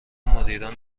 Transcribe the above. مدیران